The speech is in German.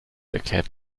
erklärt